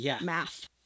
math